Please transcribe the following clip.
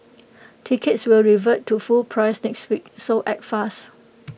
tickets will revert to full price next week so act fast